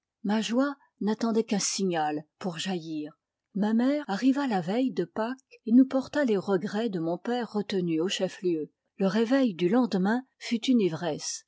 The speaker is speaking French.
ma joie n'attendait qu'un signal pour jaillir ma mère arriva la veille de pâques et nous porta les regrets de mon père retenu au chef lieu le réveil du lendemain fut une ivresse